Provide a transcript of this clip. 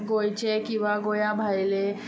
गोंयचे किंवा गोंया भायले